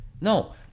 No